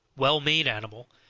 well-made animal,